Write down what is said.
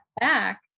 back